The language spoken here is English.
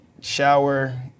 shower